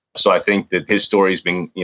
so i think that his story's been,